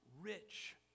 rich